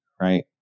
right